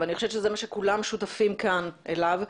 ואני חושבת שזה מה שכולם שותפים כאן אליו,